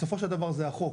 בסופו של דבר זה החוק